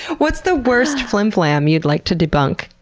what's the worst flimflam you'd like to debunk?